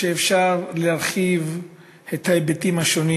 אפשר להרחיב על ההיבטים השונים